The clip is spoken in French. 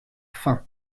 faim